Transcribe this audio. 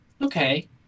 Okay